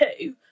two